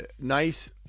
Nice